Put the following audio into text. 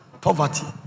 Poverty